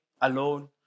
alone